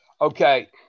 Okay